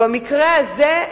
במקרה הזה,